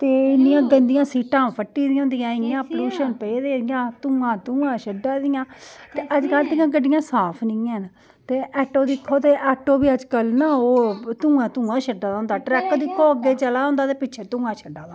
ते इन्नियां गदियां सीटां फट्टी दियां होंदियां इन्ना पालूशन पेदा धुआं धुआं छोड़ा दियां अजकल दियां गड्डियां साफ नेईं हैन ते आटो दिक्खो तुस ते आटो बी अजकल ना ओह् धुआं धुआं छोड़ा दा होंदा ट्रैकटर दिक्खो अग्गै चला दा होंदा ते पिच्छै धुआं छड्डा दा होंदा